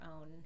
own